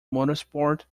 motorsport